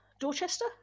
Dorchester